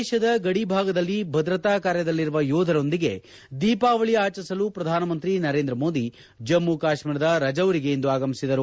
ದೇಶದ ಗಡಿ ಭಾಗದಲ್ಲಿ ಭದ್ರತಾ ಕಾರ್ಯದಲ್ಲಿರುವ ಯೋಧರೊಂದಿಗೆ ದೀಪಾವಳಿ ಆಚರಿಸಲು ಪ್ರಧಾನಮಂತ್ರಿ ನರೇಂದ್ರ ಮೋದಿ ಜಮ್ನು ಕಾಶ್ಮೀರದ ರಜೌರಿಗೆ ಇಂದು ಆಗಮಿಸಿದರು